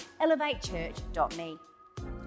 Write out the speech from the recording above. elevatechurch.me